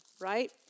right